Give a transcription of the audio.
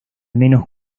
menos